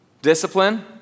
Discipline